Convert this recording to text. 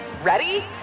Ready